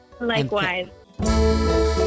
Likewise